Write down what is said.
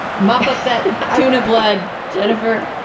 mop up that i want a blood jennifer.